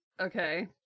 okay